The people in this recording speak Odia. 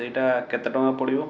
ସେଇଟା କେତେ ଟଙ୍କା ପଡ଼ିବ